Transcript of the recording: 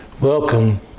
Welcome